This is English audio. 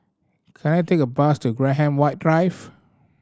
can I take a bus to Graham White Drive